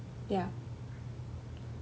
ya